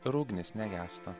ir ugnis negęsta